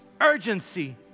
urgency